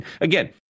again